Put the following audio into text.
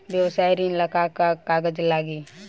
व्यवसाय ऋण ला का का कागज लागी?